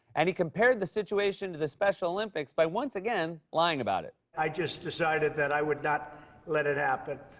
and he compared the situation to the special olympics by once again lying about it. i just decided that i would not let it happen.